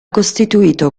costituito